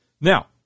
Now